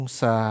sa